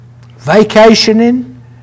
vacationing